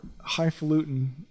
highfalutin